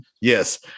Yes